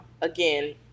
Again